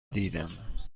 دیدم